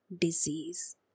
disease